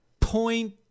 point